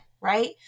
right